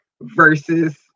versus